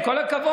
עם כל הכבוד,